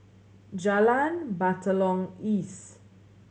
Jalan Batalong East